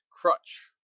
crutch